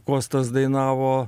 kostas dainavo